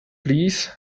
please